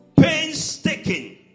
painstaking